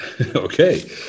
Okay